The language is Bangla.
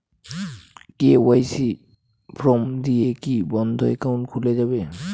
কে.ওয়াই.সি ফর্ম দিয়ে কি বন্ধ একাউন্ট খুলে যাবে?